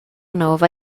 nova